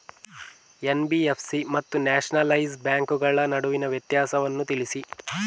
NBFC ಮತ್ತು nationalise ಬ್ಯಾಂಕುಗಳ ನಡುವಿನ ವ್ಯತ್ಯಾಸವನ್ನು ತಿಳಿಸಿ?